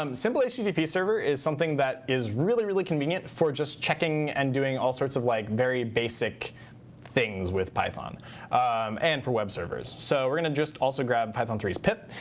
um simple http server is something that is really, really convenient for just checking and doing all sorts of like very basic things with python and for web servers. so we're going to just also grab python three s pip.